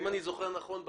אם אני זוכר נכון,